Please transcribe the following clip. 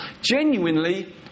genuinely